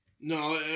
No